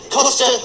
Costa